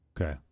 Okay